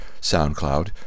SoundCloud